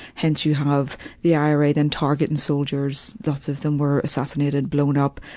hence you have the ira then targeting soldiers. lots of them were assassinated, blown up.